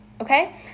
okay